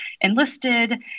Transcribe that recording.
enlisted